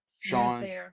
Sean